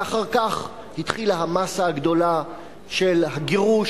ואחר כך התחילה המאסה הגדולה של הגירוש,